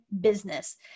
business